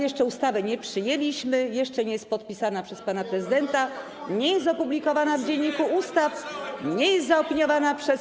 Jeszcze ustawy nie przyjęliśmy, jeszcze nie jest ona podpisana przez pana prezydenta, nie jest opublikowana w Dzienniku Ustaw, nie jest zaopiniowana przez PKW.